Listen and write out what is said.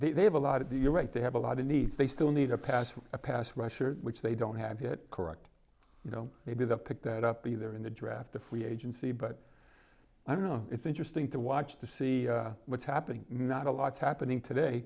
know they have a lot of the you're right they have a lot of needs they still need a pass a pass rusher which they don't have it correct you know maybe the pick that up either in the draft to free agency but i don't know it's interesting to watch to see what's happening not a lot happening today